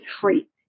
free